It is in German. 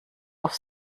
auf